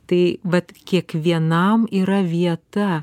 tai vat kiekvienam yra vieta